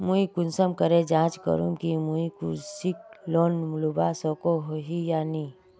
मुई कुंसम करे जाँच करूम की मुई कृषि लोन लुबा सकोहो ही या नी?